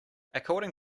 according